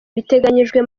biteganyijwe